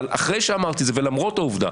ואחרי שאמרתי את זה ולמרות העובדה,